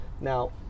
now